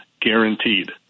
guaranteed